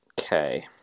Okay